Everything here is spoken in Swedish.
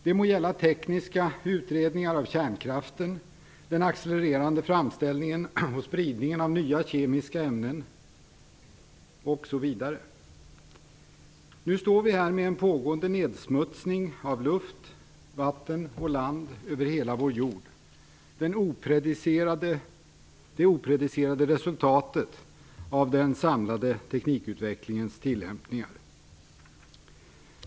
Det må gälla tekniska utredningar av kärnkraften, den accelererande framställningen och spridningen av nya kemiska ämnen osv. Nu står vi här med en pågående nedsmutsning av luft, vatten och land över hela vår jord - det opredicerade resultatet av den samlade teknikutvecklingens tillämpningar.